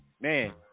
Man